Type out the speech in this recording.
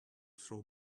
throw